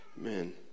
amen